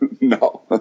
No